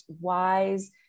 wise